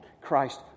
Christ